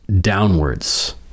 downwards